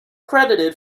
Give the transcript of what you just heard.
credited